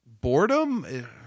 boredom